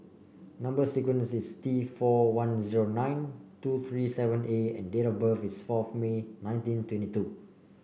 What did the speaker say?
number sequence is T four one zero nine two three seven A and date of birth is fourth May nineteen twenty two